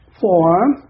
form